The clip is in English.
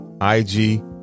IG